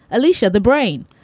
alicia, the brain,